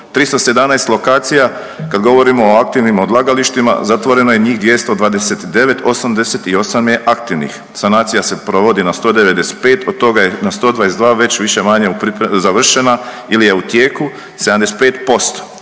317 lokacija kad govorimo o aktivnim odlagalištima, zatvoreno je njih 229, 88 je aktivnih. Sanacija se provodi na 195 od toga je na 122 već više-manje završena ili je u tijeku 75%.